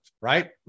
right